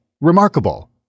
Remarkable